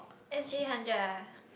S_G hundred ah